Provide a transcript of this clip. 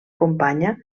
companya